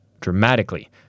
dramatically